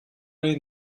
ray